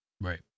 Right